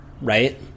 right